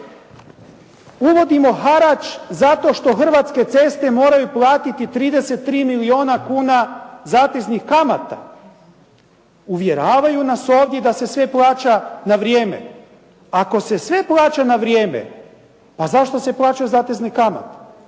Uvodimo harač zato što Hrvatske ceste moraju platiti 33 milijona kuna zateznih kamata. Uvjeravaju nas ovdje da se sve plaća na vrijeme. Ako se sve plaća na vrijeme, pa zašto se plaćaju zatezne kamate?